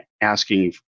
asking